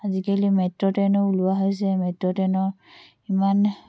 আজিকালি মেট্ৰ' ট্ৰে'নো ওলোৱা হৈছে মেট্ৰ' ট্ৰে'নো ইমান